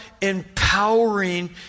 empowering